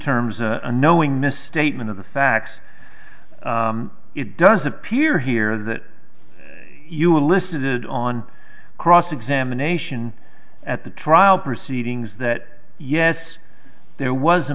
terms unknowing misstatement of the facts it does appear here that you were listed on cross examination at the trial proceedings that yes there was a